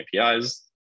APIs